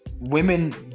women